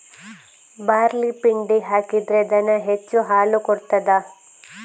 Barley ಪಿಂಡಿ ಹಾಕಿದ್ರೆ ದನ ಹೆಚ್ಚು ಹಾಲು ಕೊಡ್ತಾದ?